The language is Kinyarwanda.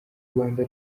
rwanda